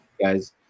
guys